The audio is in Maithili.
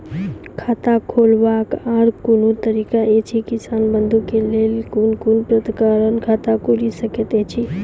खाता खोलवाक आर कूनू तरीका ऐछि, किसान बंधु के लेल कून कून प्रकारक खाता खूलि सकैत ऐछि?